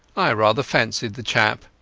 i rather fancied the chap.